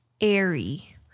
airy